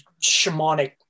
shamanic